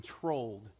controlled